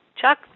Chuck